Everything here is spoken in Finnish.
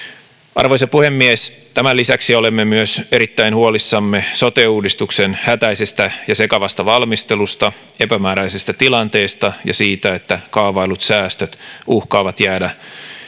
arvoisa puhemies tämän lisäksi olemme myös erittäin huolissamme sote uudistuksen hätäisestä ja sekavasta valmistelusta epämääräisestä tilanteesta ja siitä että kaavaillut säästöt uhkaavat jäädä